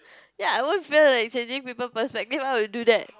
ya I won't feel like changing people's perspective I want to do that